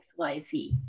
XYZ